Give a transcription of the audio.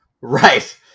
Right